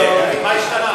מה השתנה?